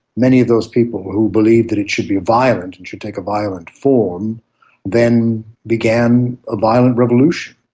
many of those people who believed that it should be violent and should take a violent form then began a violent revolution.